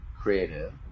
creative